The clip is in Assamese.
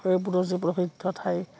সেইবোৰো যি প্ৰসিদ্ধ ঠাই